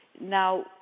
Now